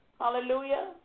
Hallelujah